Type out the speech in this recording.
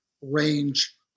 range